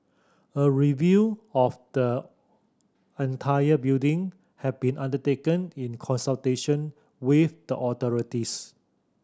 a review of the entire building has been undertaken in consultation with the authorities